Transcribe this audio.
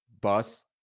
bus